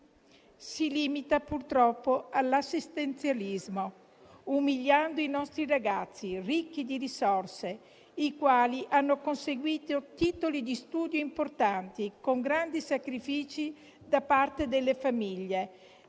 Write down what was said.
Si limita purtroppo all'assistenzialismo, umiliando i nostri ragazzi ricchi di risorse, che hanno conseguito titoli di studio importanti, con grandi sacrifici da parte delle famiglie,